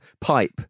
pipe